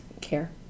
care